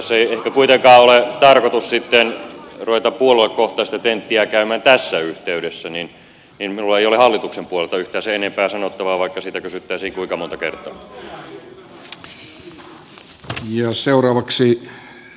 kun ei ehkä kuitenkaan ole tarkoitus ruveta puoluekohtaista tenttiä käymään tässä yhteydessä niin minulla ei ole hallituksen puolelta yhtään sen enempää sanottavaa vaikka siitä kysyttäisiin kuinka monta kertaa